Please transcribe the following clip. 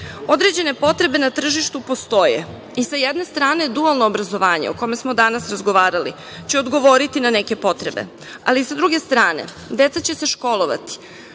ulogu. Određene potrebe na tržištu postoje i sa jedne strane dualno obrazovanje o kome smo danas razgovarali će odgovoriti na neke potrebe, ali sa druge strane, deca će se školovati,